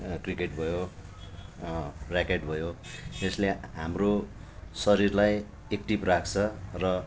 cricket भयो racket भयो यसले हाम्रो शरीरलाई एक्टिभ राख्छ र